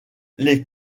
les